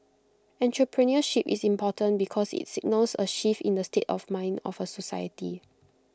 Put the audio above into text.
entrepreneurship is important because IT signals A shift in the state of mind of A society